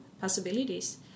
possibilities